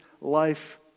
life